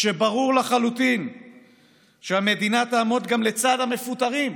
כשברור לחלוטין שהמדינה תעמוד גם לצד המפוטרים,